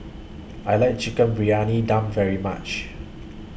I like Chicken Briyani Dum very much